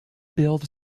build